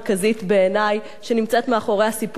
המרכזית שבעיני נמצאת מאחורי הסיפור הזה.